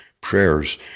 prayers